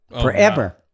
Forever